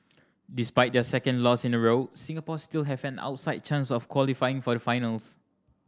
despite their second loss in a row Singapore still have an outside chance of qualifying for the final